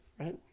right